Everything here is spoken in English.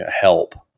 help